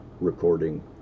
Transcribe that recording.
recording